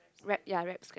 wrap ya wrap skirt